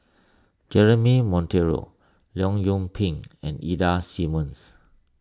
Jeremy Monteiro Leong Yoon Pin and Ida Simmons